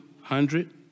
hundred